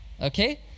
Okay